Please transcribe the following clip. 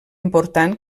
important